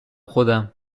خودم